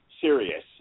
serious